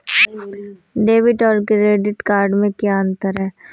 Debit और credit में क्या अंतर है?